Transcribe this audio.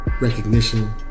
recognition